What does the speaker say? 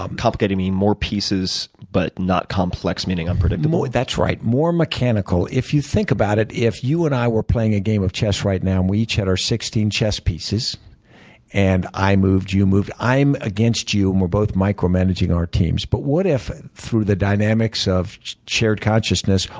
um complicated meaning more pieces, but not complex, meaning unpredictable. that's right. more mechanical. if you think about it, if you and i were playing a game of chess right now and we each had our sixteen chess pieces and i moved, you moved. i'm against you and we're both micromanaging our teams. but what if, through the dynamics of shared consciousness,